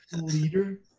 Leader